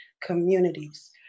communities